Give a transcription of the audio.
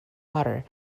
water